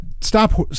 stop